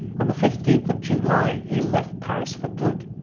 on the fifteenth of july he left paris for good.